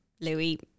louis